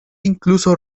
incluso